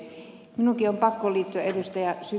minunkin on pakko liittyä ed